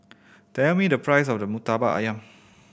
tell me the price of the Murtabak Ayam